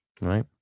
right